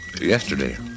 yesterday